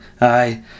aye